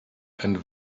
and